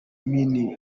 mini